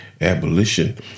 abolition